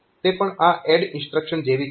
તે પણ આ ADD ઇન્સ્ટ્રક્શન જેવી જ છે